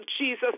Jesus